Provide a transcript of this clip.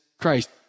Christ